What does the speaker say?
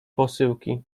posyłki